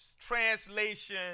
translation